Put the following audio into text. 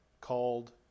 called